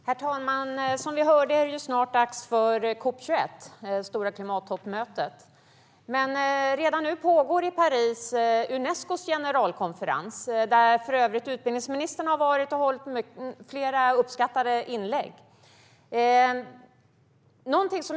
Herr talman! Som vi hörde är det snart dags för COP 21, det stora klimattoppmötet. Men redan nu pågår Unescos generalkonferens i Paris, där för övrigt utbildningsministern har varit och hållit flera uppskattade inlägg.